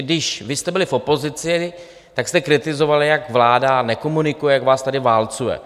Když jste byli v opozici, tak jste kritizovali, jak vláda nekomunikuje, jak vás tady válcuje.